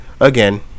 again